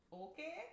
Okay